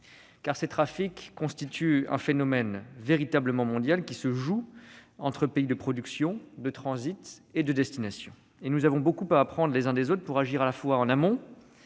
fait, ces trafics constituent un phénomène véritablement mondial, qui se joue entre pays de production, de transit et de destination. Nous avons beaucoup à apprendre les uns des autres pour agir à la fois en amont,